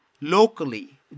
locally